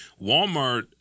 Walmart